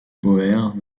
boers